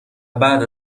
بعد